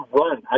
run